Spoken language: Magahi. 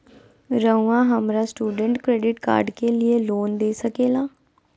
रहुआ हमरा स्टूडेंट क्रेडिट कार्ड के लिए लोन दे सके ला?